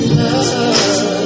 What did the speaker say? love